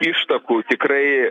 ištakų tikrai